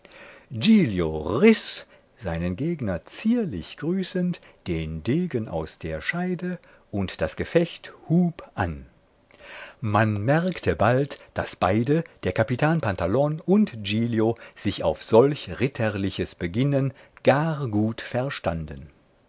seinen gegner zierlich grüßend den degen aus der scheide und das gefecht hub an man merkte bald daß beide der capitan pantalon und giglio sich auf solch ritterliches beginnen gar gut verstanden